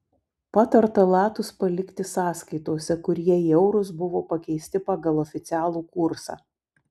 patarta latus palikti sąskaitose kur jie į eurus buvo pakeisti pagal oficialų kursą